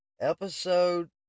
episode